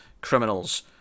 criminals